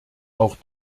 auch